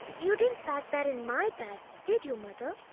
you didn't pack that in my bag, did you mother?